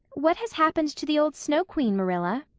what has happened to the old snow queen, marilla?